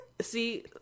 See